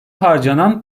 harcanan